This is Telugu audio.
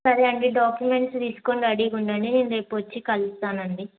సరే అండి డాక్యుమెంట్స్ తీసుకుని రెడీగా ఉండండి నేను రేపొచ్చి కలుస్తానండి